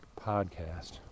podcast